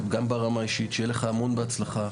גם ברמה האישית שיהיה לך המון בהצלחה.